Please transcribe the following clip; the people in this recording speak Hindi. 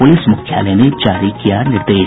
पुलिस मुख्यालय ने जारी किया निर्देश